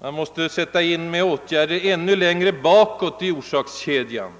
Man måste då sätta in åtgärder längre bakåt i orsakskedjan.